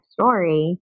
Story